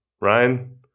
Ryan